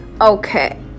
okay